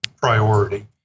priority